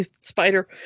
spider